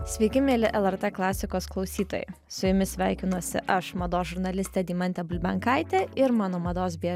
sveiki mieli lrt klasikos klausytojai su jumis sveikinuosi aš mados žurnalistė deimantė bulbenkaitė ir mano mados bei